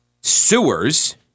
sewers